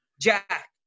Jack